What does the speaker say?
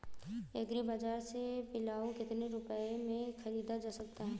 Agree बाजार से पिलाऊ कितनी रुपये में ख़रीदा जा सकता है?